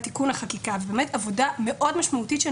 עבודה מאוד משמעותית.